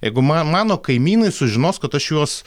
jeigu man mano kaimynai sužinos kad aš juos